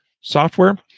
software